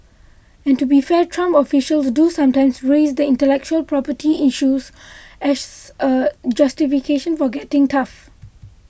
and to be fair Trump officials do sometimes raise the intellectual property issue as a justification for getting tough